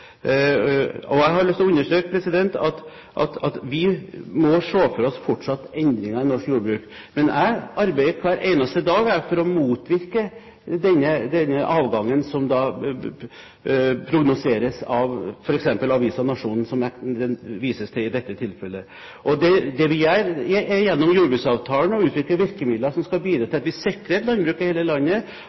årene. Jeg har lyst til å understreke at vi må se for oss fortsatte endringer i norsk jordbruk, men jeg arbeider hver eneste dag for å motvirke denne avgangen som prognoseres av f.eks. avisen Nationen, som det vises til i dette tilfellet. Det vi gjør, er gjennom jordbruksavtalen å utvikle virkemidler som skal bidra til at vi sikrer et landbruk i hele landet,